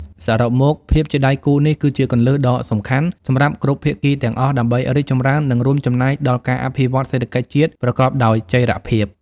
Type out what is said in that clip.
សរុបមក ភាពជាដៃគូនេះគឺជាគន្លឹះដ៏សំខាន់សម្រាប់គ្រប់ភាគីទាំងអស់ដើម្បីរីកចម្រើននិងរួមចំណែកដល់ការអភិវឌ្ឍន៍សេដ្ឋកិច្ចជាតិប្រកបដោយចីរភាព។